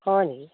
হয় নেকি